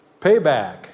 Payback